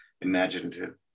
imaginative